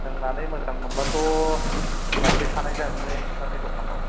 लोंनानै मोजांमोनबाथ' लायबाय थानाय जागोनलै नोंथांनि दखानाव